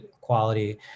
quality